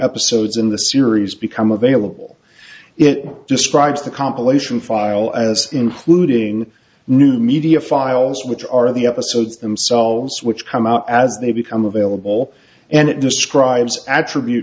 episodes in the series become available it describes the compilation file as including new media files which are the episodes themselves which come out as they become available and it describes a